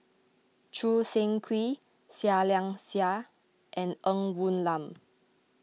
Choo Seng Quee Seah Liang Seah and Ng Woon Lam